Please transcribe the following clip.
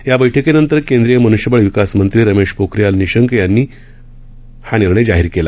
या बैठकीनंतर केंद्रीय मन्ष्यबळ विकास मंत्री रमेश पोखरियाल निःशंक यांनी जाहीर केला